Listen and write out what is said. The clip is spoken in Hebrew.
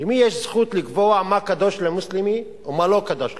למי יש זכות לקבוע מה קדוש למוסלמי ומה לא קדוש למוסלמי?